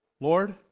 Lord